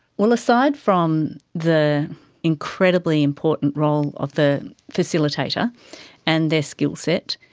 well, aside from the incredibly important role of the facilitator and their skillset,